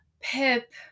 pip